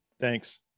Thanks